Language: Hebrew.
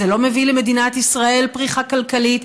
זה לא מביא למדינת ישראל פריחה כלכלית,